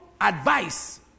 advice